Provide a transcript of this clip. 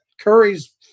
Curry's